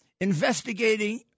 investigating